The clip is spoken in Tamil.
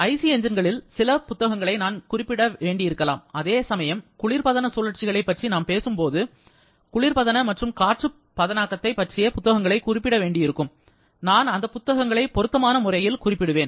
ஐசி என்ஜின்களின் சில புத்தகங்களை நான் குறிப்பிட வேண்டியிருக்கலாம் அதேசமயம் குளிர்பதன சுழற்சிகளைப் பற்றி பேசும்போது குளிர்பதன மற்றும் காற்று பதக்கத்தை பற்றிய புத்தகங்களை குறிப்பிடவேண்டியிருக்கும் நான் அந்த புத்தகங்களை பொருத்தமான முறையில் குறிப்பிடுவேன்